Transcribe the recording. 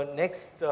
next